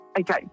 Okay